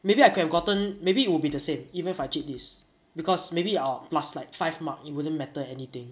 maybe I could have gotten maybe it will be the same even if I cheat this because maybe I will plus like five mark it wouldn't matter anything